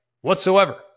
whatsoever